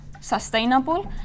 sustainable